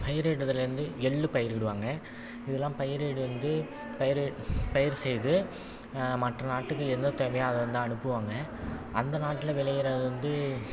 பயிரிடுதல் வந்து எள் பயிரிடுவாங்க இதெல்லாம் பயிரிடுவது வந்து பயிர் பயிர் செய்து மற்ற நாட்டுக்கு என்ன தேவையோ அதை வந்து அனுப்புவாங்க அந்த நாட்டில் விளையிறது வந்து